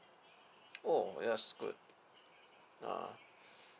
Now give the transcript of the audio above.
oh yes good (uh huh)